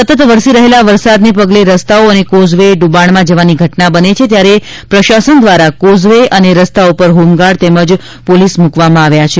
સતત વરસી રહેલા વરસાદને પગલે રસ્તાઓ તેમજ કોઝવે ડુબાણમાં જવાની ઘટના બને છે ત્યારે પ્રશાસન દ્વારા કોઝવે અને રસ્તા ઉપર હોમગાર્ડ તેમજ પોલીસ મૂકવામાં આવ્યા છે